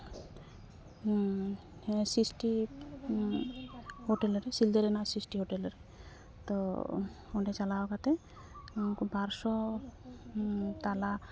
ᱥᱤᱥᱴᱤ hotel ᱨᱮ ᱥᱤᱞᱫᱟᱹ ᱨᱮᱱᱟᱜ ᱥᱤᱥᱴᱤ ᱦᱳᱴᱮᱞ ᱨᱮ ᱛᱚ ᱚᱸᱰᱮ ᱪᱟᱞᱟᱣ ᱠᱟᱛᱮ ᱩᱱᱠᱩ ᱵᱟᱨ ᱥᱚ ᱛᱟᱞᱟ